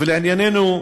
ולענייננו,